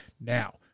Now